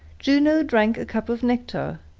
juno drank a cup of nectar,